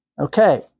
Okay